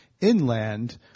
inland